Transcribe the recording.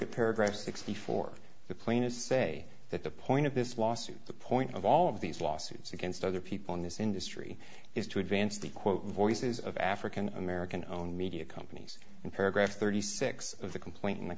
at paragraph sixty four the plaintiffs say that the point of this lawsuit the point of all of these lawsuits against other people in this industry is to advance the quote voices of african american owned media companies in paragraph thirty six of the complaint in the